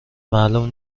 معلوم